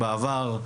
בעבר.